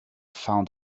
found